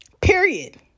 Period